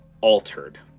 altered